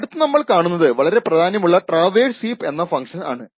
അടുത്ത് നമ്മൾ കാണുന്നത് വളരെ പ്രാധാന്യമുള്ള ട്രാവേഴ്സ് ഹീപ്പ് എന്ന ഫങ്ക്ഷൻ ആണ്